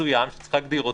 מסוים יש להגדירו